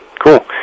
cool